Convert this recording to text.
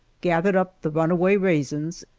gathered up the runaway raisins,